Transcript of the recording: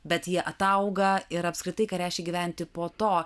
bet jie atauga ir apskritai ką reiškia gyventi po to